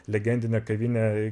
legendinę kavinę